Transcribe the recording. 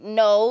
no